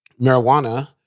marijuana